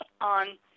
on